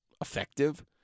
effective